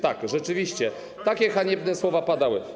Tak, rzeczywiście, takie haniebne słowa padały.